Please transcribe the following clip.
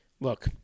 Look